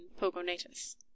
Pogonatus